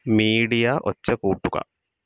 media ഒച്ച കൂട്ടുക